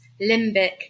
limbic